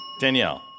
Danielle